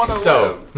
so.